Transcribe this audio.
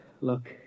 Look